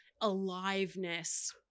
aliveness